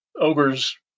Ogre's